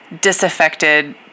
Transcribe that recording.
disaffected